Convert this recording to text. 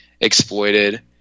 exploited